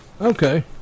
Okay